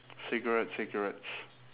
cigarettes cigarettes